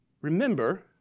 Remember